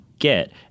get